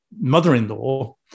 mother-in-law